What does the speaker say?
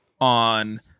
on